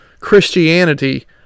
Christianity